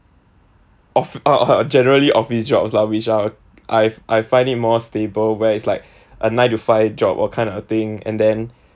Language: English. of~ generally office jobs lah which are I've I find it more stable where it's like a nine to five job or kind of a thing and then